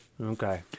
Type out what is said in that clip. Okay